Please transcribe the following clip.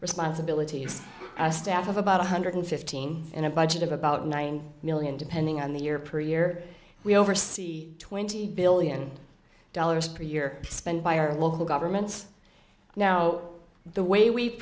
responsibilities a staff of about one hundred fifteen in a budget of about nine million depending on the year per year we oversee twenty billion dollars per year spent by our local governments now the way we